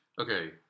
Okay